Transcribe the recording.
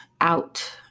out